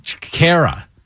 Kara